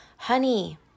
Honey